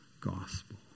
gospel